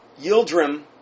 Yildrim